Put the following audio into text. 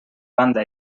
banda